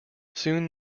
soon